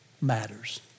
matters